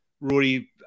Rory